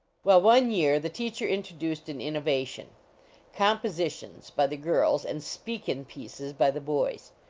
well, one year the teacher introduced an innovation compositions by the girls and speakin pieces by the boys.